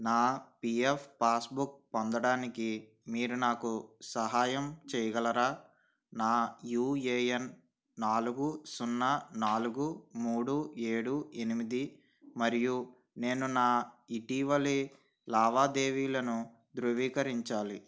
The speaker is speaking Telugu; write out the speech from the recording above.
నా పీఎఫ్ పాస్బుక్ పొందడానికి మీరు నాకు సహాయం చెయ్యగలరా నా యూఏఎన్ నాలుగు సున్నా నాలుగు మూడు ఏడు ఎనిమిది మరియు నేను నా ఇటీవలి లావాదేవీలను ధృవీకరించాలి